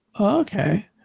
Okay